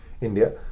India